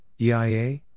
EIA